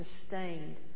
sustained